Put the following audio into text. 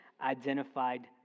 identified